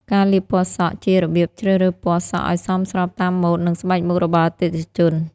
ការលាបពណ៌សក់ ជារបៀបជ្រើសរើសពណ៌សក់ឱ្យសមស្របតាមម៉ូដ និងស្បែកមុខរបស់អតិថិជន។